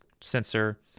sensor